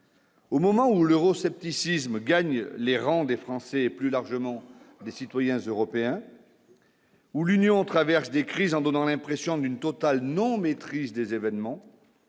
Au moment où l'euroscepticisme gagne les rangs des Français et plus largement des citoyens européens. L'Union traversent des crises en donnant l'impression d'une totale non maîtrise des événements